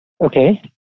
Okay